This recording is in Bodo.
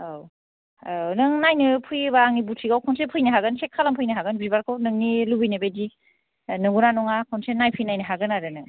औ औ नों नायनो फैयोबा आंनि बुतिक आव खनसे फैनो हागोन चेक खालामफैनो हागोन बिबारखौ नोंनि लुबैनाय बायदि नंगौना नङा खनसे नायफैनायनो हागोन आरो नों